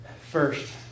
First